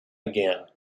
again